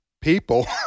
people